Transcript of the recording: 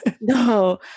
No